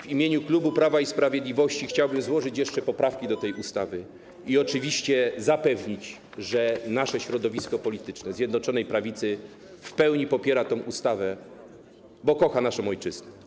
W imieniu klubu Prawa i Sprawiedliwości chciałbym złożyć jeszcze poprawki do tej ustawy i oczywiście zapewnić, że nasze środowisko polityczne, Zjednoczona Prawica, w pełni popiera tę ustawę, bo kocha naszą ojczyznę.